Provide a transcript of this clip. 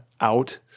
out